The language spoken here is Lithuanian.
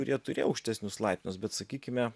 kurie turėjo aukštesnius laipsnius bet sakykime